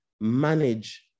manage